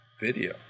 video